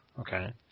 Okay